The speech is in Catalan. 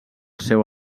seu